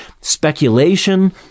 speculation